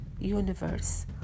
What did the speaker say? universe